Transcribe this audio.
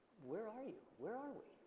where are you, where are we?